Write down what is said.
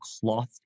clothed